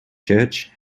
church